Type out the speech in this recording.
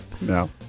No